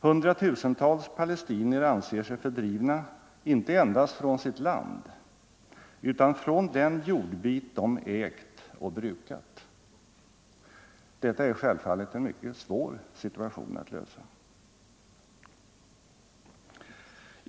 Hundratusentals palestinier anser sig fördrivna inte endast från sitt land, utan från den jordbit de ägt och brukat. Detta är självfallet en mycket svår situation att lösa.